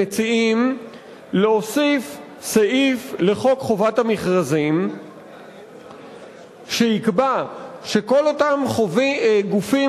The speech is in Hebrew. אנחנו מציעים להוסיף סעיף לחוק חובת המכרזים שיקבע שכל אותם גופים